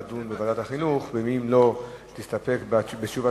לדון בוועדת החינוך אם לא יסתפק בתשובתו,